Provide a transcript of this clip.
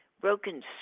broken